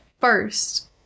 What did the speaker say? first